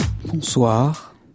Bonsoir